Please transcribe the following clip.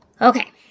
Okay